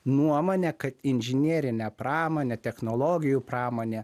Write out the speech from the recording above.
nuomonę kad inžinerinę pramonę technologijų pramonę